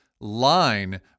line